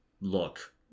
look